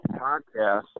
podcast